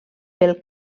pel